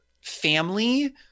family